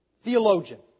Theologian